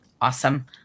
Awesome